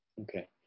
Okay